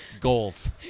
Goals